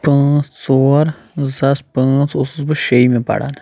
پانٛژھ ژور زٕ ساس پانٛژھ اوسُس بہٕ شیٚیمہِ پران